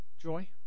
joy